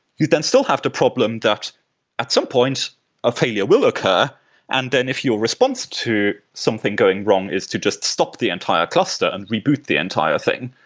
you then still have to problem that at some point a failure will occur and then if your response to something going wrong is to just stop the entire cluster and reboot the entire thing,